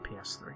PS3